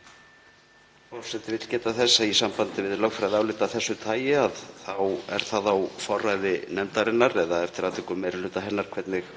þá er það á forræði nefndarinnar, eða eftir atvikum meiri hluta hennar, hvernig